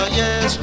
yes